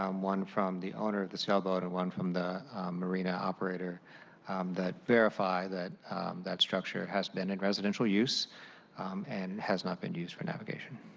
um one from the owner of the sailboat one from the arena operator that verify that that structure has been in residential use and has not been used for navigation.